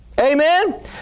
Amen